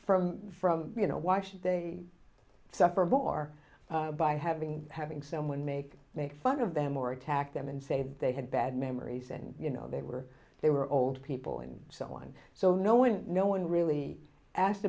from from you know why should they suffer more by having having someone make make fun of them or attack them and say that they had bad memories and you know they were they were old people and so on so no one no one really asked